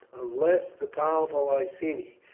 unless the powerful iceni,